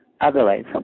Otherwise